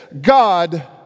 God